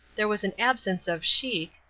there was an absence of chic,